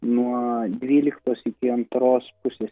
nuo dvyliktos iki antros pusės